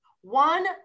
one